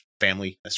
family